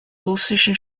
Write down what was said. russischen